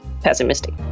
pessimistic